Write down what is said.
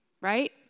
right